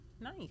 Nice